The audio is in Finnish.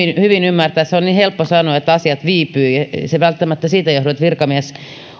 hyvin ymmärtää se on niin helppo sanoa että asiat viipyvät ei se välttämättä siitä johdu että virkamies